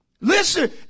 Listen